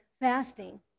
fasting